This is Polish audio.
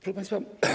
Proszę Państwa!